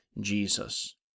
Jesus